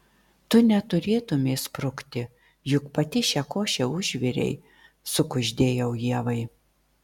tu neturėtumei sprukti juk pati šią košę užvirei sukuždėjau ievai